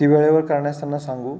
ती वेळेवर करण्यास त्यांना सांगू